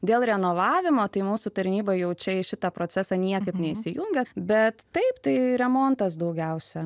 dėl renovavimo tai mūsų tarnyba jau čia į šitą procesą niekaip neįsijungia bet taip tai remontas daugiausiai